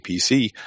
PC